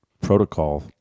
protocol